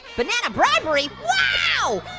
banana bribery? wow!